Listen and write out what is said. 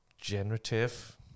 generative